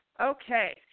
Okay